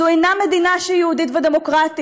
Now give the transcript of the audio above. זו אינה מדינה שהיא יהודית ודמוקרטית,